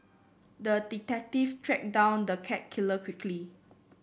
the detective tracked down the cat killer quickly